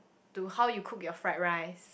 to how you cook your fried rice